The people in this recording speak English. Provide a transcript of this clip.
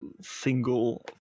single